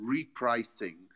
repricing